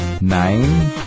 Nine